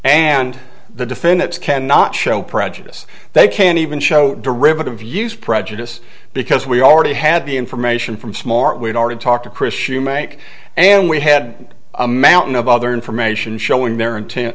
and the defendants cannot show prejudice they can even show derivative use prejudice because we already had the information from smart we'd already talked to chris you make and we had a mountain of other information showing their intent